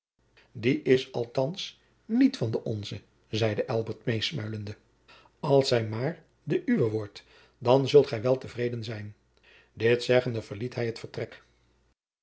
die is althands niet van de onze zeide elbert meesmuilende als zij maar de uwe wordt dan zult gij wel te vreden zijn dit zeggende verliet hij het vertrek